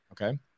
Okay